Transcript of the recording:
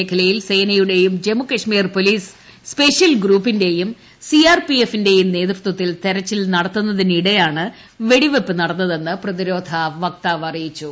മേഖലയിൽ സേനയുടെയും ഗ്രൂപ്പിന്റെയും സി ആർ പി എഫിന്റെയും നേതൃത്വത്തിൽ തെരച്ചിൽ നടത്തുന്നതിനിടെയാണ് വെടിവെയ്പ്പ് നടന്നതെന്ന് പ്രതിരോധ വക്താവ് അറിയിച്ചു